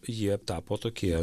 jie tapo tokie